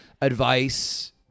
advice